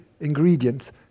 ingredients